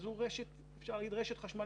רשת חשמל